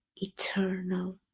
Eternal